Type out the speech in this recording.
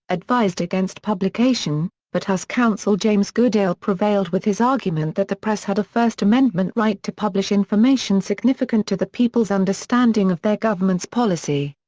advised against publication, but house counsel james goodale prevailed with his argument that the press had a first amendment right to publish information significant to the people's understanding of their government's policy.